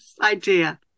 idea